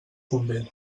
convé